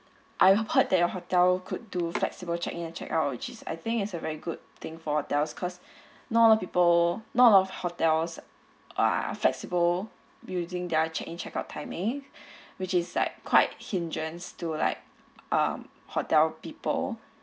I have heard that your hotel could do flexible check in and check out which is I think is a very good thing for hotel cause not a lot of people not a lot of hotels are flexible using their check in check out timing which is like quite hindrance to like um hotel people